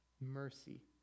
mercy